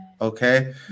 Okay